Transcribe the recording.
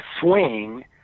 swing